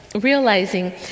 realizing